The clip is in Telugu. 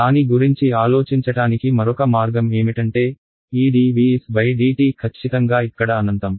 దాని గురించి ఆలోచించటానికి మరొక మార్గం ఏమిటంటే ఈ dvs dt ఖచ్చితంగా ఇక్కడ అనంతం